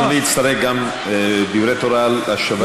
אדוני יצטרך גם דברי תורה לשבת הקרובה.